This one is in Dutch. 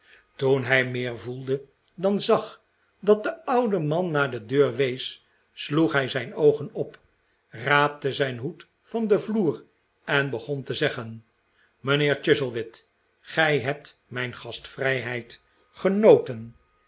toen hij meer voelde dan zag dat de oude man naar de deur wees sloeg hij zijn oogen op raapte zijn hoed van den vloer en begon te zeggen mijnheer chuzzlewit gij hebt mijn gast vrijheid genoten